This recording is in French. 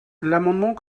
l’amendement